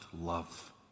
love